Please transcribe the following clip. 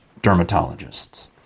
dermatologists